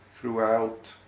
throughout